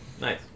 Nice